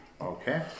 okay